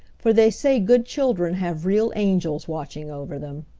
for they say good children have real angels watching over them.